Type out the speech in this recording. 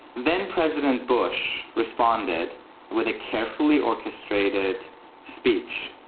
then president bush responded with a carefully orchestrated speech,